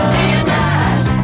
midnight